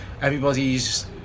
everybody's